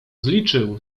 zliczył